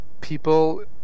people